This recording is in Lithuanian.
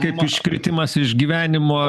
kaip iškritimas iš gyvenimo